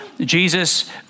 Jesus